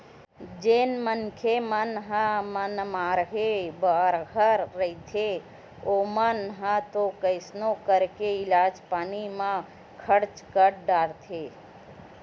जेन मनखे मन ह मनमाड़े बड़हर रहिथे ओमन ह तो कइसनो करके इलाज पानी म खरचा कर डारथे